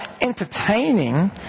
Entertaining